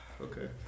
Okay